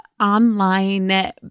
online